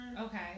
Okay